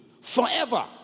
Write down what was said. forever